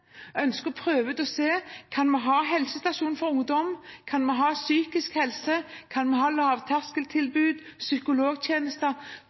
ønsker å prøve ut dette, som ønsker å prøve ut og se om de kan ha helsestasjon for ungdom, psykisk